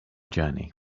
journey